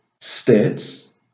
states